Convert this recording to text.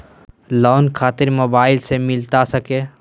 Loan खातिर mobile से मिलता सके?